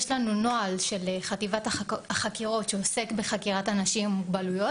יש לנו נוהל של חטיבת החקירות שעוסק בחקירת אנשים עם מוגבלויות